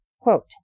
Quote